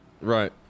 Right